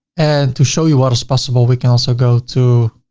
and to show you what is possible, we can also go to,